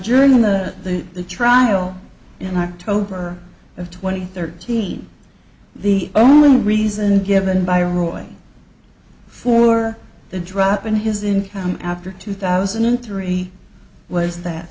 during the trial in october of twenty thirteen the only reason given by roy for the drop in his income after two thousand and three was that